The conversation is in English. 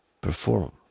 perform